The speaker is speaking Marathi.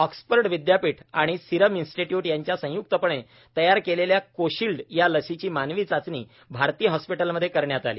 आँक्सफर्ड विदयापीठ आणि सिरम इस्निट्युट यांनी संयुक्तपणे तयार केलेल्या कोशिल्ड या लसीची मानवी चाचणी आरती हाँस्पिटलमध्ये करण्यात आली